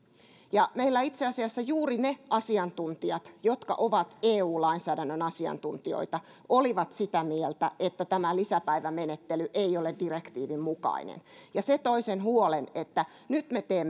ja meillä itse asiassa juuri ne asiantuntijat jotka ovat eu lainsäädännön asiantuntijoita olivat sitä mieltä että tämä lisäpäivämenettely ei ole direktiivin mukainen ja se toi sen huolen että nyt me teemme